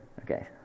Okay